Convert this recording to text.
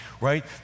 right